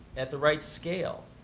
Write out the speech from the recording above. at the right scale,